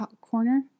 corner